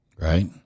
Right